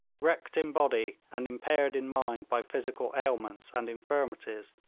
wrecked in body and impaired in mind by physical ailments and infirmities,